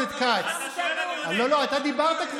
אתה מדבר?